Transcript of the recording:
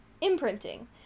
imprinting